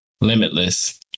limitless